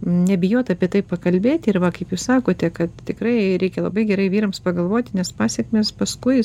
nebijot apie tai pakalbėti ir va kaip jūs sakote kad tikrai reikia labai gerai vyrams pagalvoti nes pasekmės paskui